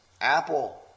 Apple